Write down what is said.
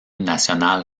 nationale